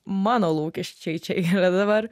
mano lūkesčiai čia yra dabar